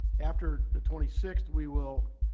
after the twenty sixth we will